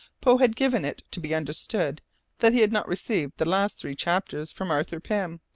poe had given it to be understood that he had not received the last three chapters from arthur pym,